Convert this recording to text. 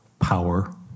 Power